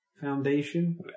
Foundation